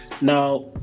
now